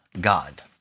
God